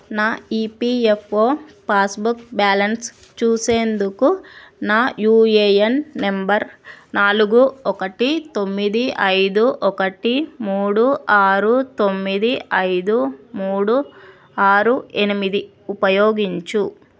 నా EPFO passbook balance చూసేందుకు నా యుఏఎన్ నంబర్ నాలుగు ఒకటి తొమ్మిది ఐదు ఒకటి మూడు ఆరు తొమ్మిది ఐదు మూడు ఆరు ఎనిమిది ఉపయోగించు